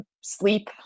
sleep